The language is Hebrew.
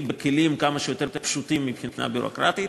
בכלים כמה שיותר פשוטים מבחינה ביורוקרטית.